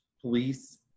police